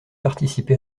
participer